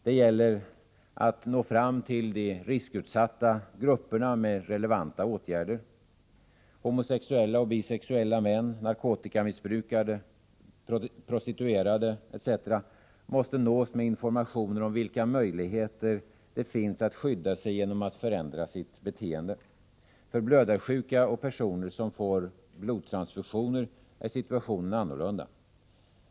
Det gäller att nå fram till de riskutsatta grupperna med relevanta åtgärder. Homosexuella och bisexuella män, narkotikamissbrukare, prostituerade etc. måste nås med informationer om vilka möjligheter det finns att skydda sig genom att förändra sitt beteende. För blödarsjuka och personer som får blodtransfusioner är situationen annorlunda.